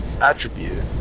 attribute